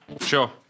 sure